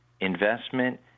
investment